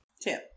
Two